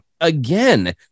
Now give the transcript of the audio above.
Again